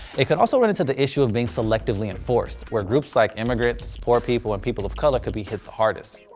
it could also run into the issue of being selectively enforced, where groups like immigrants, poor people and people of color, could be hit the hardest.